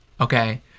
okay